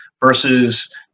versus